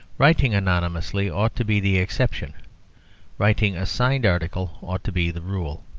writing anonymously ought to be the exception writing a signed article ought to be the rule.